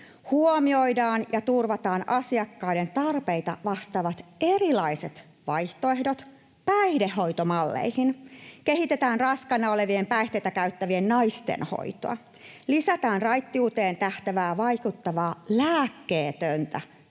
”Huomioidaan ja turvataan asiakkaiden tarpeita vastaavat erilaiset vaihtoehdot päihdehoitomalleihin. Kehitetään raskaana olevien päihteitä käyttävien naisten hoitoa. Lisätään raittiuteen tähtäävää vaikuttavaa lääkkeetöntä,